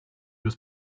was